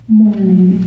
morning